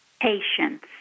patience